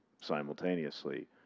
simultaneously